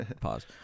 Pause